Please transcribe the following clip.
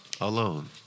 alone